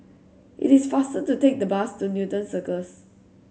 it is faster to take the bus to Newton Cirus